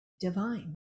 divine